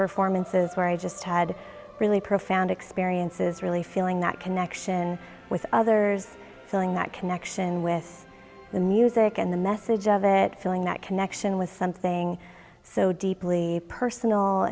performances where i just had really profound experiences really feeling that connection with others feeling that connection with the music and the message of it feeling that connection with something so deeply personal